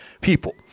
people